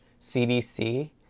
CDC